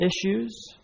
issues